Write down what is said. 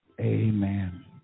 Amen